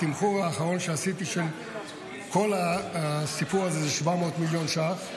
התמחור האחרון שעשיתי של כל הסיפור הזה הוא 700 מיליון ש"ח.